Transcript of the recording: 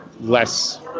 less